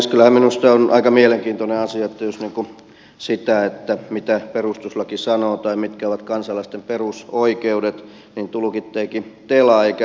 kyllähän minusta on aika mielenkiintoinen asia jos sitä mitä perustuslaki sanoo tai mitkä ovat kansalaisten perusoikeudet tulkitseekin tela eikä perustuslakivaliokunta